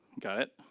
got it?